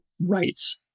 rights